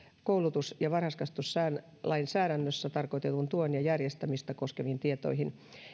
koulutus ja varhaiskasvatuslainsäädännössä tarkoitetun tuen järjestämistä koskeviin tietoihin